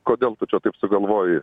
kodėl tu čia taip sugalvojai